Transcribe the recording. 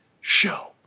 show